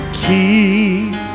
keep